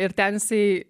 ir ten jisai